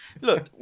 look